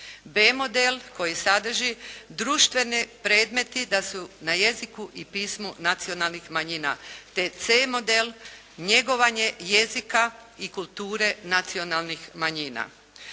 B model koji sadrži društvene predmete da su na jeziku i pismu nacionalnih manjina. Te C model, njegovanje jezika i kulture nacionalnih manjina.